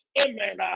amen